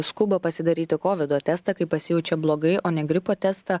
skuba pasidaryti covido testą kai pasijaučia blogai o ne gripo testą